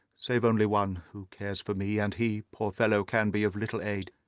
save only one, who cares for me, and he, poor fellow, can be of little aid.